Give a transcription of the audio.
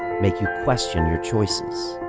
make you question your choices,